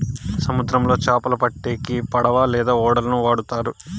సముద్రంలో చాపలు పట్టేకి పడవ లేదా ఓడలను వాడుతారు